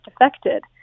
affected